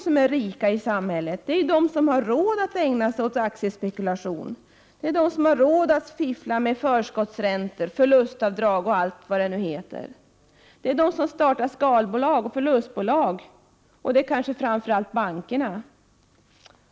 Jo, det är ju de rika i samhället, de som har råd att ägna sig åt aktiespekulation, att fiffla med förskottsräntor, förlustavdrag och allt vad det heter. Det är de som startar skalbolag och förlustbolag. Kanske framför allt är det bankerna.